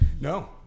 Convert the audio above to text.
No